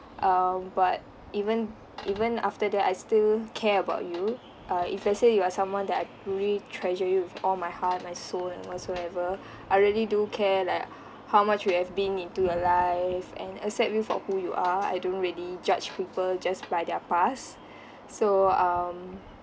um but even even after that I still care about you uh if let's say you are someone that I really treasure you with all my heart my soul and whatsoever I really do care like how much you have been into your life and accept you for who you are I don't really judge people just by their past so um